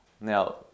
Now